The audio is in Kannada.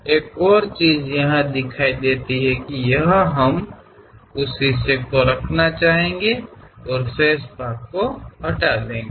ಮತ್ತೊಂದು ಪ್ರಾತಿನಿಧ್ಯ ಇಲ್ಲಿದೆ ನಾವು ಆ ಭಾಗವನ್ನು ಉಳಿಸಿಕೊಳ್ಳಲು ಮತ್ತು ಉಳಿದ ಭಾಗವನ್ನು ತೆಗೆದುಹಾಕಲು ಬಯಸುತ್ತೇವೆ